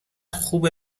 خوبه